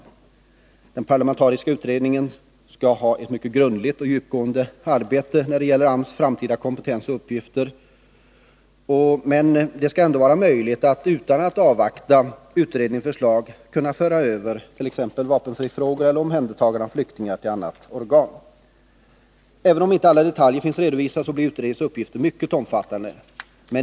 Även om den parlamentariska utredningen skall göra ett mycket grundligt och djupgående arbete när det gäller AMS framtida kompetens och uppgifter, skall det ändå vara möjligt att utan att avvakta utredningens förslag föra över vapenfrifrågor och omhändertagande av flyktingar till annat organ. Trots att inte alla detaljer finns redovisade blir utredningens uppgifter mycket omfattande.